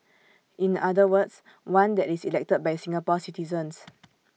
in other words one that is elected by Singapore citizens